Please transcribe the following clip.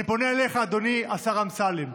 אני פונה אליך, אדוני השר אמסלם.